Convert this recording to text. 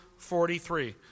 43